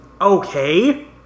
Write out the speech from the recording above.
Okay